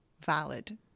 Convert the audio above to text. valid